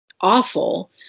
awful